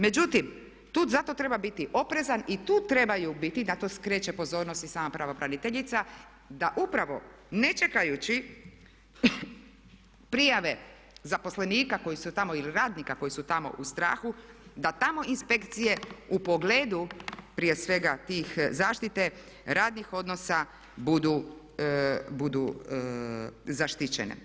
Međutim, tu zato treba biti oprezan i tu trebaju biti, da tu skreće pozornost i sama pravobraniteljica da upravo ne čekajući prijave zaposlenika koji su tamo, ili radnika koji su tamo u strahu da tamo inspekcije u pogledu prije svega te zaštite radnih odnosa budu zaštićene.